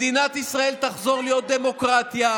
מדינת ישראל תחזור להיות דמוקרטיה,